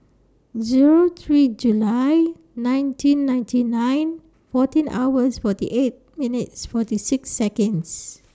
Zero three July nineteen ninety nine fourteen hours forty eight minutes forty six Seconds